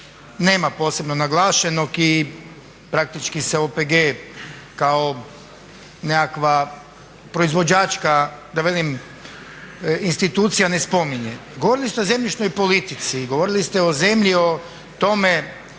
nema posebno naglašenog i praktički se OPG-e kao nekakva proizvođačka da velim institucija ne spominje. Govorili ste o zemljišnoj politici i govorili ste o zemlji, o tome